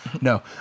No